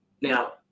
Now